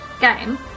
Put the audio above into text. game